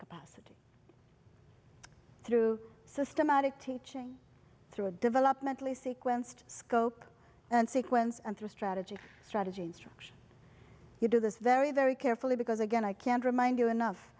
capacity through systematic teaching through a developmentally sequenced scope and sequence and through strategy strategy instruction you do this very very carefully because again i can't remind you enough